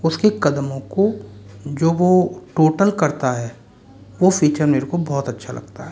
उसके कदमों को जो वो टोटल करता है वो फीचर मेरे को बहुत अच्छा लगता है